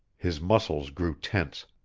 his muscles grew tense.